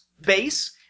base